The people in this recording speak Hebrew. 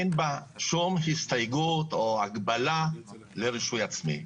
אין בה שום הסתייגות או הגבלה לרישוי עצמי,